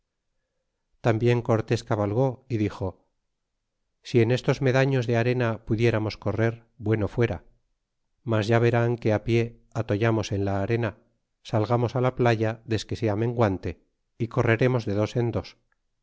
tambien cortés cabalgó y dixo si en estos medaños de arena pudiéramos correr bueno fuera masya verán que pie atollamos en la arena salgamos á la playa desque sea menguante y correremos de dos en dos